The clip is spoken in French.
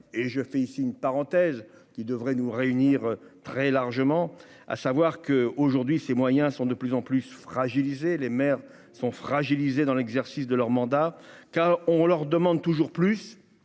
et je fais ici une parenthèse qui devrait nous réunir, très largement, à savoir que, aujourd'hui, ces moyens sont de plus en plus fragilisé les maires sont fragilisés dans l'exercice de leur mandat, car on leur demande toujours plus